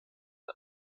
der